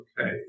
okay